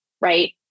right